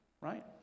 right